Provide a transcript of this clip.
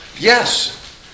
Yes